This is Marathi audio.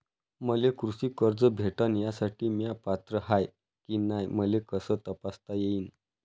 मले कृषी कर्ज भेटन यासाठी म्या पात्र हाय की नाय मले कस तपासता येईन?